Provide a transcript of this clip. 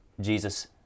Jesus